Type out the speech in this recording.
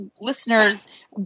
listeners